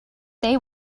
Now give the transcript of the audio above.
they